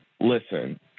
Listen